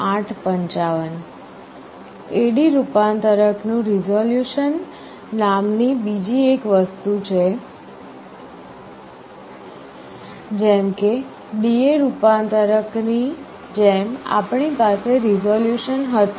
AD રૂપાંતરક નું resolution નામની બીજી એક વસ્તુ છે જેમ કે DA રૂપાંતરક ની જેમ આપણી પાસે રિઝોલ્યુશન હતું